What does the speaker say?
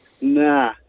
Nah